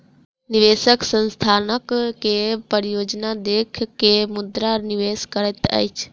निवेशक संस्थानक के परियोजना देख के मुद्रा निवेश करैत अछि